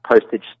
postage